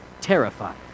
terrified